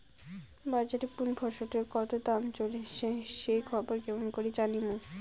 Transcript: বাজারে কুন ফসলের কতো দাম চলেসে সেই খবর কেমন করি জানীমু?